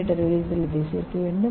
M விகிதத்தில் இதைச் சேர்க்க வேண்டும்